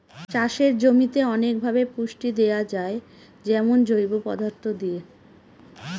চাষের জমিতে অনেকভাবে পুষ্টি দেয়া যায় যেমন জৈব পদার্থ দিয়ে